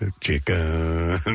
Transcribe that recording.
chicken